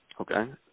Okay